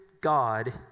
God